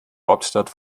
hauptstadt